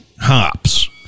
hops